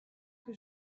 que